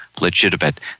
legitimate